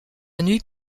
nuit